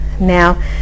Now